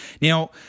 Now